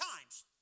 times